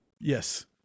Yes